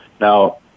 Now